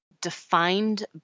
defined